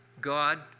God